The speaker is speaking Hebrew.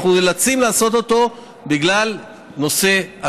אנחנו נאלצים לעשות אותו בגלל הצפיפות.